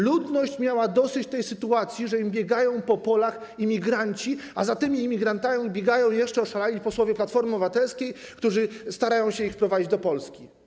Ludność miała dosyć tego, że im biegają po polach imigranci, a za tymi imigrantami biegają jeszcze oszalali posłowie Platformy Obywatelskiej, którzy starają się ich wprowadzić do Polski.